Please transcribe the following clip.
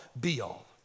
be-all